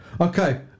Okay